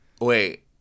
Wait